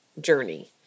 journey